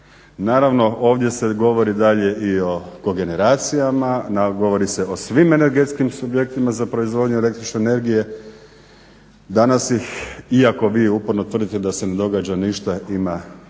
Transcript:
Naravno ovdje se govori dalje i o kogeneracijama, govori se o svim energetskim subjektima za proizvodnju električne energije, danas ih iako vi uporno tvrdite da se ne događa ništa, ima relativno